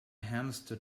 hamster